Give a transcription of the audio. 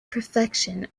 perfection